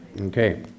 Okay